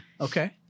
Okay